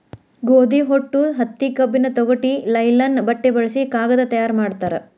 ಗೋದಿ ಹೊಟ್ಟು ಹತ್ತಿ ಕಬ್ಬಿನ ತೊಗಟಿ ಲೈಲನ್ ಬಟ್ಟೆ ಬಳಸಿ ಕಾಗದಾ ತಯಾರ ಮಾಡ್ತಾರ